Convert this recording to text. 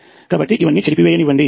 కాబట్టి ఇవన్నీ చెరిపివేయనివ్వండి